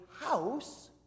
house